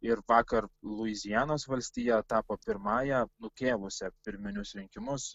ir vakar luizianos valstija tapo pirmąja nukėlusia pirminius rinkimus